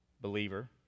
Believer